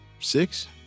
Six